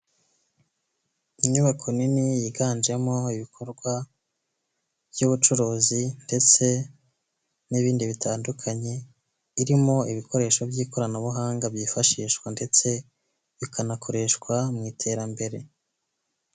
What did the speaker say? Inyubako nini yiganjemo ibikorwa by'ubucuruzi ndetse n'ibindi bitandukanye irimo ibikoresho by'ikoranabuhanga byifashishwa ndetse bikanakoreshwa mu iterambere.